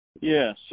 Yes